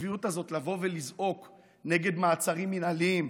הצביעות הזאת לבוא ולזעוק נגד מעצרים מינהליים,